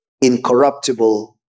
incorruptible